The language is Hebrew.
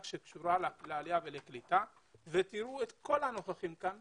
שקשורה לעלייה ולקליטה תראו את כל הנוכחים כאן,